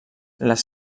les